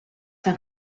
than